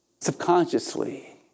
subconsciously